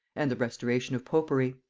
and the restoration of popery.